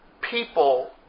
People